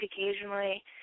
occasionally